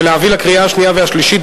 ולהביא לקריאה השנייה והשלישית,